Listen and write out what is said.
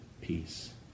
peace